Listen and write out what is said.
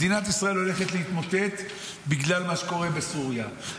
מדינת ישראל הולכת להתמוטט בגלל מה שקורה בסוריה,